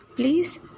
Please